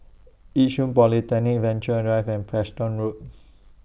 Yishun Polyclinic Venture Drive and Preston Road